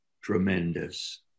tremendous